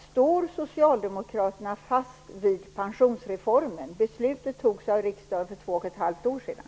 Står Socialdemokraterna fast vid pensionsreformen? Beslutet fattades av riksdagen för två och ett halvt år sedan.